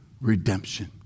redemption